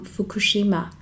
Fukushima